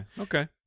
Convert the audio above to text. Okay